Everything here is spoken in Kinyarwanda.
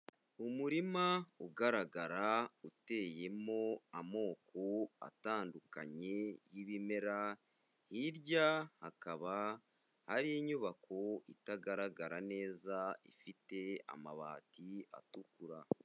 Umurima ugaragara uteyemo amoko atandukanye y'ibimera, hirya hakaba hari inyubako itagaragara neza, ifite amabati atukura.